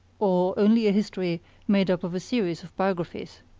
or only a history made up of a series of biographies?